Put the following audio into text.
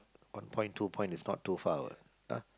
one point two point is not too far what